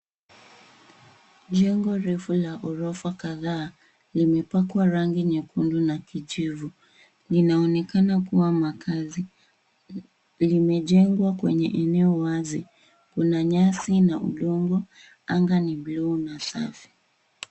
Jengo refu la gorofa kadhaa limepakwa rangi nyekundu na kijivu. Linaonekana kuwa makazi. Limejengo kwenye eneo wazi. Kuna nyasi na udongo. Anga ni bluu na safi.